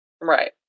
Right